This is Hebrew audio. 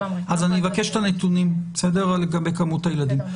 אני מבקש את הנתונים לגבי כמות הילדים.